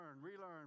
relearn